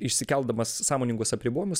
išsikeldamas sąmoningus apribojimus